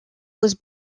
was